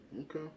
Okay